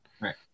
Right